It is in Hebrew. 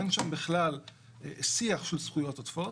אין שם בכלל שיח של זכויות עודפות.